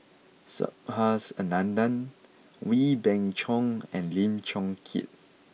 Subhas Anandan Wee Beng Chong and Lim Chong Keat